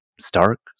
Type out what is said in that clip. Stark